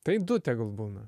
tai du tegul būna